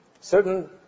certain